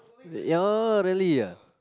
ya really ah